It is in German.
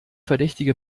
verdächtige